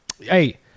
Hey